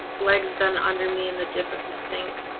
legs bent under me in the dip of the sink,